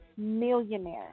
millionaire